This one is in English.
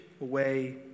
away